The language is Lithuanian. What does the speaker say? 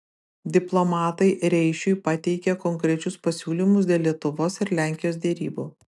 diplomatai reišiui pateikė konkrečius pasiūlymus dėl lietuvos ir lenkijos derybų